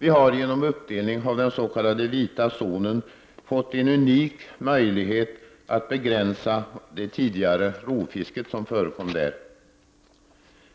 Vi har genom uppdelning av den s.k. vita zonen fått en unik möjlighet att begränsa det tidigare rovfisket.